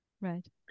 Right